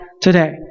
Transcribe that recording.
today